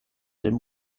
dem